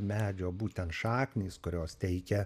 medžio būtent šaknys kurios teikia